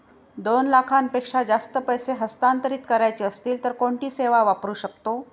दोन लाखांपेक्षा जास्त पैसे हस्तांतरित करायचे असतील तर कोणती सेवा वापरू शकतो?